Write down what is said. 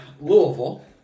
Louisville